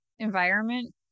environment